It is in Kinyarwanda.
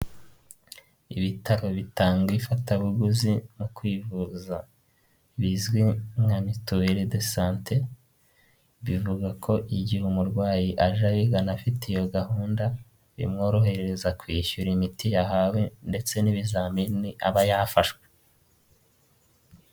Ibitaro bitanga ifatabuguzi no kwivuza, bizwi nka mituweli de sante, bivuga ko igihe umurwayi aje ayigana afite iyo gahunda, bimworohereza kwishyura imiti yahawe, ndetse n'ibizamini aba yafashwe.